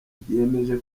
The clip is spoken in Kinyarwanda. ryiyemeje